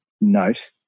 note